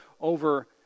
over